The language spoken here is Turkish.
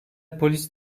polis